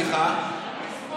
אנחנו